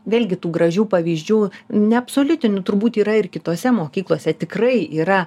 vėlgi tų gražių pavyzdžių neabsoliutinu turbūt yra ir kitose mokyklose tikrai yra